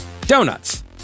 Donuts